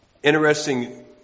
Interesting